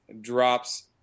drops